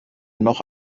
noch